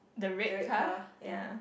the red car ya